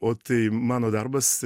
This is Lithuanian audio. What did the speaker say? o tai mano darbas